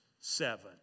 seven